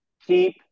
Keep